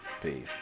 Peace